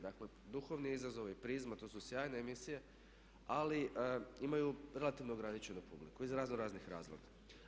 Dakle, Duhovni izazov i Prizma to su sjajne emisije ali imaju relativno ograničenu publiku iz raznoraznih razloga.